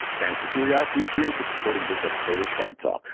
thanks to curiositystream for supporting this episode of startalk.